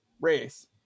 race